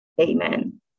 amen